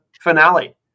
finale